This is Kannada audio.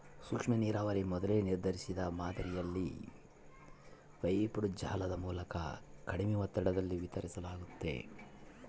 ಸೂಕ್ಷ್ಮನೀರಾವರಿ ಮೊದಲೇ ನಿರ್ಧರಿಸಿದ ಮಾದರಿಯಲ್ಲಿ ಪೈಪ್ಡ್ ಜಾಲದ ಮೂಲಕ ಕಡಿಮೆ ಒತ್ತಡದಲ್ಲಿ ವಿತರಿಸಲಾಗ್ತತೆ